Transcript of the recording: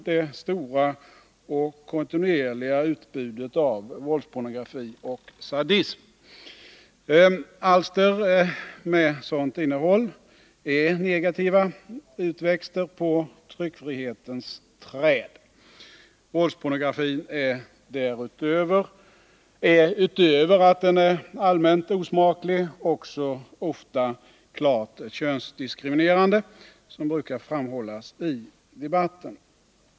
det stora och kontinuerliga utbudet av våldspornografi och sadism. Alster med sådant innehåll är negativa utväxter på tryckfrihetens träd. Våldspornografin är, utöver att den är allmänt osmaklig, också ofta klart könsdiskriminerande, vilket brukar framhållas i debatten.